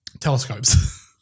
Telescopes